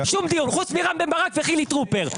חוץ מרם בן ברק וחילי טרופר,